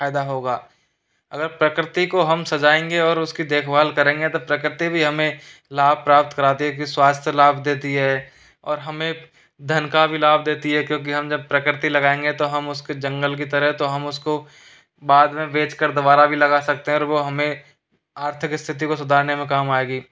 फायदा होगा अगर प्रकृति को हम सजाएंगे और उसकी देखभाल करेंगे तो प्रकृति भी हमें लाभ प्राप्त करा देगी स्वास्थ्य लाभ देती है और हमें धन का भी लाभ देती है क्योंकि हम जब प्रकृति लगाएंगे तो हम उसके जंगल की तरह तो हम उसको बाद में बेचकर दोबारा भी लगा सकते हैं और वो हमें आर्थिक स्थिति को सुधारने में काम आएगी